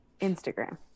Instagram